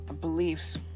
beliefs